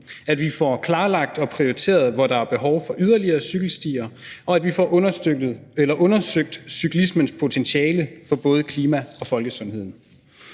at vi får klarlagt og prioriteret, hvor der er behov for yderligere cykelstier, og at vi får undersøgt cyklismens potentiale for både klimaet og folkesundheden.